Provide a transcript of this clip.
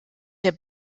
der